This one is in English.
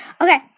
Okay